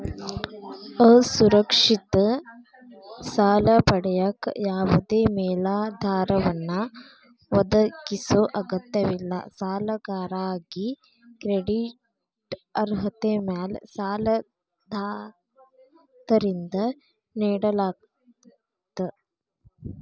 ಅಸುರಕ್ಷಿತ ಸಾಲ ಪಡೆಯಕ ಯಾವದೇ ಮೇಲಾಧಾರವನ್ನ ಒದಗಿಸೊ ಅಗತ್ಯವಿಲ್ಲ ಸಾಲಗಾರಾಗಿ ಕ್ರೆಡಿಟ್ ಅರ್ಹತೆ ಮ್ಯಾಲೆ ಸಾಲದಾತರಿಂದ ನೇಡಲಾಗ್ತ